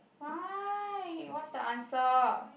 why what's the answer